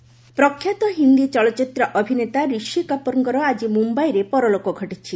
ରିଷି କପୁର ପାଶେସ ପ୍ରଖ୍ୟାତ ହିନ୍ଦୀ ଚଳଚ୍ଚିତ୍ର ଅଭିନେତା ରିଷି କପୁରଙ୍କର ଆଜି ମୁମ୍ବାଇରେ ପରଲୋକ ଘଟିଛି